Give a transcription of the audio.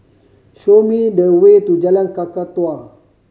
show me the way to Jalan Kakatua